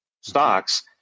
stocks